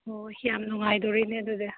ꯑꯣ ꯌꯥꯝ ꯅꯨꯡꯉꯥꯏꯗꯣꯔꯤꯅꯦ ꯑꯗꯨꯗꯤ